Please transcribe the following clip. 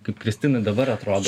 kaip kristinai dabar atrodo